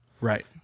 Right